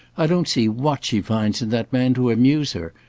i don't see what she finds in that man to amuse her.